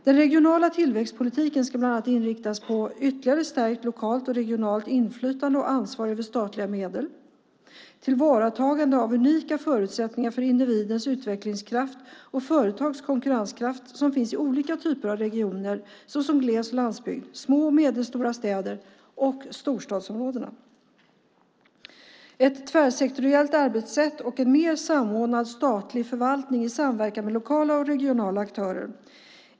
Den regionala tillväxtpolitiken ska bland annat inriktas på ytterligare stärkt lokalt och regionalt inflytande och ansvar över statliga medel, tillvaratagande av unika förutsättningar för individens utvecklingskraft och företags konkurrenskraft, som finns i olika typer av regioner såsom gles och landsbygd, små och medelstora städer samt storstadsområdena, samt ett tvärsektoriellt arbetssätt och en mer samordnad statlig förvaltning i samverkan med lokala och regionala aktörer.